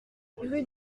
rue